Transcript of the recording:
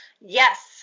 Yes